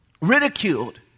ridiculed